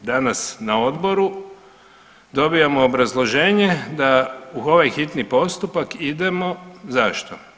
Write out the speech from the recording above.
I onda danas na odboru dobijamo obrazloženje da u ovaj hitni postupak idemo zašto?